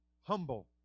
humble